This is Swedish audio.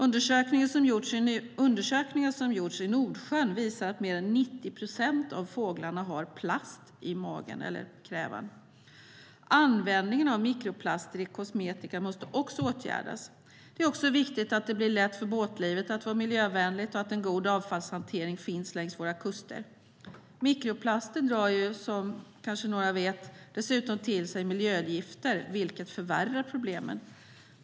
Undersökningar som har gjorts i Nordsjön visar att mer än 90 procent av fåglarna har plast i krävan. Användningen av mikroplaster i kosmetika måste också åtgärdas. Det är vidare viktigt att det blir lätt att vara miljövänlig i båtlivet och att det finns god avfallshantering finns längs våra kuster. Mikroplaster drar dessutom till sig miljögifter, som några kanske vet, vilket förvärrar problemen.